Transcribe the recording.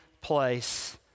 place